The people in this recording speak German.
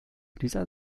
dieser